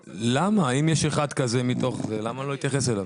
אם יש אחד כזה, למה לא להתייחס אליו?